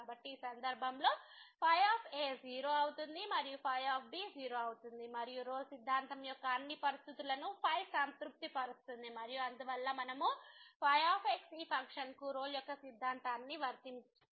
కాబట్టి ఈ సందర్భంలో ϕ 0 అవుతుంది మరియు ϕ 0 అవుతుంది మరియు రోల్ సిద్ధాంతం యొక్క అన్ని పరిస్థితులను సంతృప్తి పరుస్తుంది మరియు అందువల్ల మనము ϕ ఈ ఫంక్షన్కు రోల్ యొక్క సిద్ధాంతాన్ని వర్తించవచ్చు